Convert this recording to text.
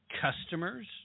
customers